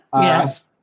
yes